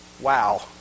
Wow